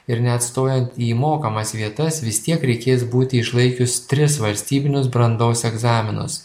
ir net stojant į mokamas vietas vis tiek reikės būti išlaikius tris valstybinius brandos egzaminus